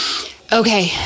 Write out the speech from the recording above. okay